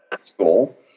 school